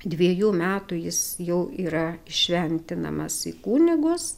dvejų metų jis jau yra įšventinamas į kunigus